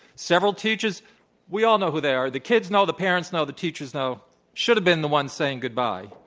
several teachers we all know who they are. the kids know, the parents know, the teachers know should have been the ones saying goodbye.